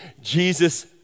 Jesus